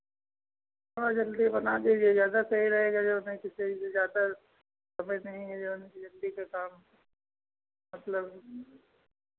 थोड़ा जल्दी बना दीजिए ज़्यादा सही रहेगा जौन है कि ज़्यादा समय नहीं है जौन है कि जल्दी का काम मतलब